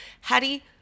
Hattie